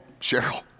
Cheryl